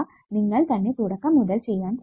നിങ്ങൾ തന്നെ തുടക്കം മുതൽ ചെയ്യാൻ ശ്രമിക്കുക